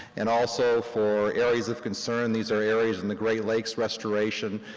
and also for areas of concern, these are areas in the great lakes restoration